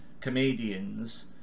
comedians